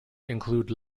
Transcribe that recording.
include